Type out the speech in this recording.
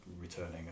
returning